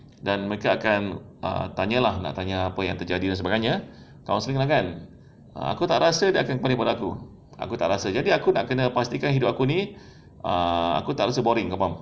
dan mereka akan uh tanya lah nak tanya apa yang terjadi dan sebagainya uh honestly lah kan aku tak rasa dia akan terima aku aku tak rasa jadi aku nak kena pastikan hidup aku ni uh aku tak rasa boring kau faham